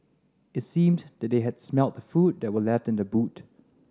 it seemed that they had smelt the food that were left in the boot